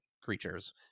creatures